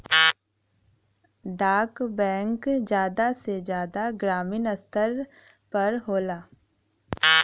डाक बैंक जादा से जादा ग्रामीन स्तर पर होला